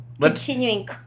Continuing